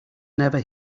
never